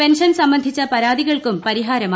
pension സംബന്ധിച്ച പരാതികൾക്കും പരിഹാരമായി